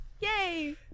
Yay